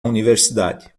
universidade